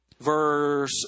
Verse